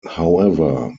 however